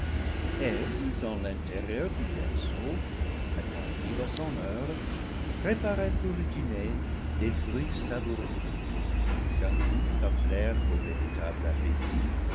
dans l'intérieur du berceau attentive à son heure préparait pour le dîner des fruits savoureux d'un goût à plaire au véritable appétit